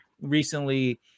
Recently